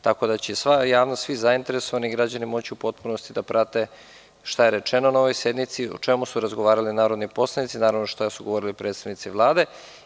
Tako da će sva javnost, svi zainteresovani građani moći u potpunosti da prate šta je rečeno na ovoj sednici, o čemu su razgovarali narodni poslanici, šta su govorili predstavnici Vlade.